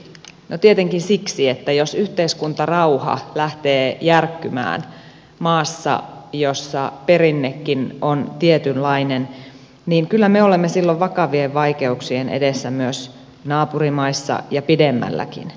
no tietenkin siksi että jos yhteiskuntarauha lähtee järkkymään maassa jossa perinnekin on tietynlainen niin kyllä me olemme silloin vakavien vaikeuksien edessä myös naapurimaissa ja pidemmälläkin